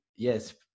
Yes